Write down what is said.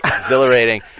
exhilarating